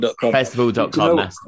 Festival.com